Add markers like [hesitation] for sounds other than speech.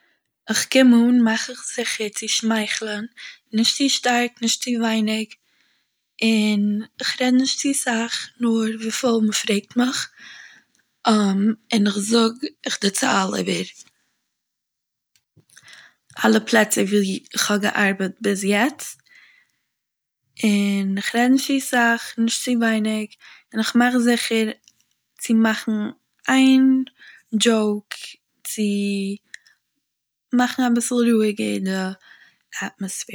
איך קום אן מאך איך זיכער צו שמייכלען נישט צו שטארק נישט צו ווייניג און איך רעד נישט צו סאך נאר וויפיל מען פרעגט מיך [hesitation] און איך זאג איך דערצייל איבער אלע פלעצער וואו איך האב געארבעט ביז יעצט און איך רעד נישט צו סאך נישט צו ווייניג און איך מאך זיכער צו מאכן איין דזשאוק צו מאכן א ביסל ראגער די אטמאספער